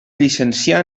llicencià